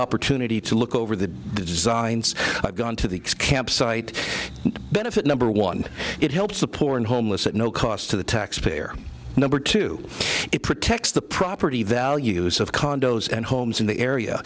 opportunity to look over the design i've gone to the campsite benefit number one it helps the poor and homeless at no cost to the taxpayer number two it protects the property values of condos and homes in the area